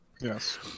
yes